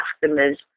customers